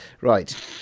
Right